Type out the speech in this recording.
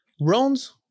rounds